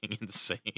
insane